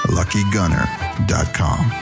LuckyGunner.com